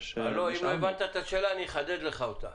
אם לא הבנת את השאלה אחדד לך אותה,